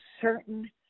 certain